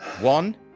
one